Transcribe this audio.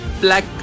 Black